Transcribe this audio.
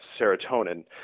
serotonin